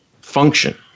function